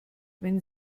wenn